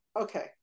okay